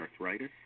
arthritis